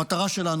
המטרה שלנו,